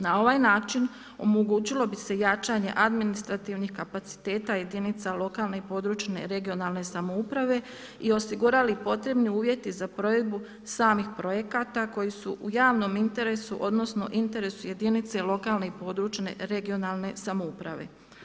Na ovaj način omogućilo bi se jačanje administrativnih kapaciteta jedinica lokalne i područne (regionalne) samouprave i osigurali posebni uvjeti za provedbu samih projekata koji su u javnom interesu, odnosno interesu jedinice lokalne i područne (regionalne) samouprave.